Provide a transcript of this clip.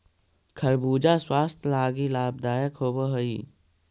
खरबूजा स्वास्थ्य लागी लाभदायक होब हई